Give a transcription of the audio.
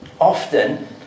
often